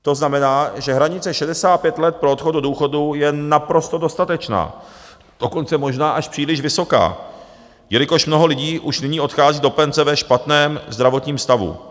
To znamená, že hranice 65 let pro odchod do důchodu je naprosto dostatečná, dokonce možná až příliš vysoká, jelikož mnoho lidí už nyní odchází do penze ve špatném zdravotním stavu.